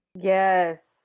Yes